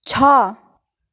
छ